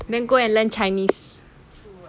then go and learn chinese